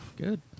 Good